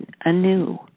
anew